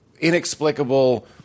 inexplicable